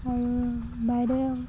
আৰু বাইদেউ